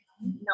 No